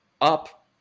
up